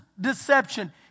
deception